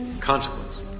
Consequence